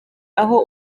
aho